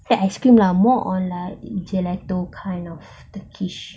the ice cream lah more on uh gelato kind of turkish